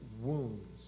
wounds